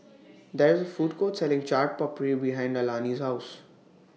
There IS A Food Court Selling Chaat Papri behind Alani's House